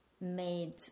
made